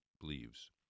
believes